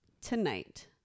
tonight